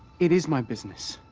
it is my business.